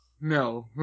No